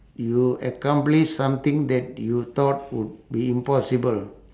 you accomplish something that you thought would be impossible